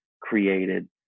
created